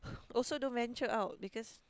also don't venture out because